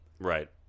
Right